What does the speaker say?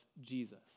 Jesus